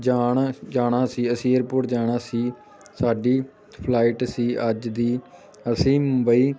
ਜਾਣ ਜਾਣਾ ਸੀ ਅਸੀਂ ਏਅਰਪੋਰਟ ਜਾਣਾ ਸੀ ਸਾਡੀ ਫਲਾਈਟ ਸੀ ਅੱਜ ਦੀ ਅਸੀਂ ਮੁੰਬਈ